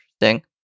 interesting